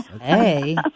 Hey